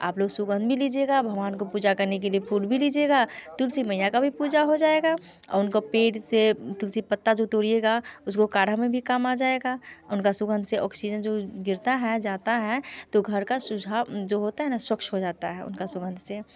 आप लोग सुगंध भी लीजिएगा भगवान को पूजा करने के लिए फूल भी लीजिएगा तुलसी मैयां का भी पूजा हो जाएगा और उनको पेड़ से तुलसी पत्ता जो तोड़िएगा गया उसको काढ़ा में भी काम आ जाएगा उनका सुगंध से ऑक्सीजन जो गिरता हैं जाता हैं तो घर का सुझाव जो होता न स्वच्छ हो जाता है उनका सुगंध से